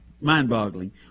mind-boggling